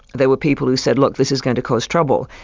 there were people who said, look, this is going to cause trouble,